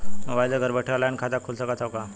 Mobile से घर बैठे ऑनलाइन खाता खुल सकत हव का?